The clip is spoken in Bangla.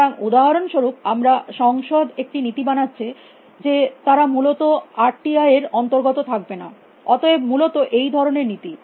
সুতরাং উদাহরনস্বরুপ আমাদের সংসদ একটি নীতি বানাচ্ছে যে তারা মূলত আরটিআই এর অন্তর্গত থাকবে না অতএব মূলত এই ধরনের নীতি